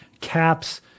Caps